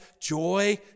joy